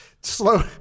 Slow